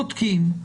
בודקים,